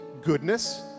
goodness